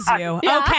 Okay